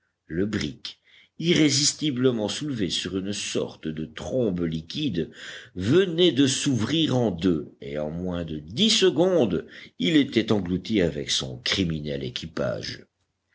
le brick irrésistiblement soulevé sur une sorte de trombe liquide venait de s'ouvrir en deux et en moins de dix secondes il était englouti avec son criminel équipage